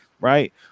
right